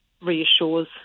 reassures